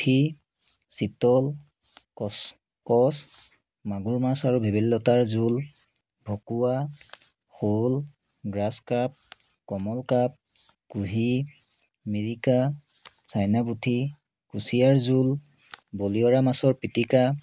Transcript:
পুঠি চিতল কচ কচ মাগুৰ মাছ আৰু ভেবেলী লতাৰ জোল ভকুৱা শ'ল গ্ৰাছ কাৰ্প কমন কাৰ্প কুঁহি মিৰিকা চাইনা পুঠি কুচিয়াৰ জোল বৰিয়লা মাছৰ পিটিকা